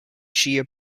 shia